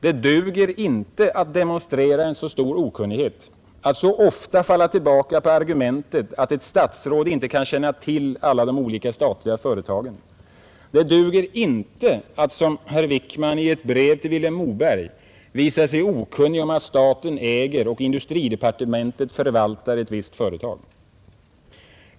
Det duger inte att demonstrera en så stor okunnighet, att så ofta falla tillbaka på argumentet att ett statsråd inte kan känna till alla de olika statliga företagen! Det duger inte att, så som herr Wickman gjort i ett brev till Vilhelm Moberg, visa sig okunnig om att staten äger och industridepartementet förvaltar ett visst företag.